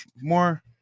more